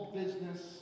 business